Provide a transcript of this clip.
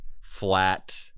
flat